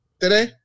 today